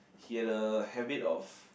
he had a habit of